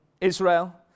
Israel